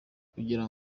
kugira